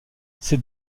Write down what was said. ces